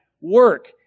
work